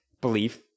belief